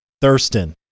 thurston